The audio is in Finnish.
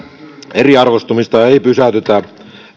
eriarvoistumista ei pysäytetä